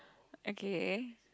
okay